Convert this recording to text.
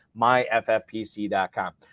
myffpc.com